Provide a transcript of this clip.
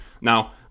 now